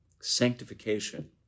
Sanctification